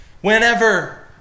Whenever